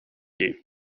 you